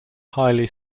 highly